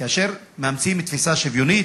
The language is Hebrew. כאשר מאמצים תפיסה שוויונית,